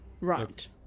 Right